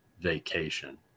vacation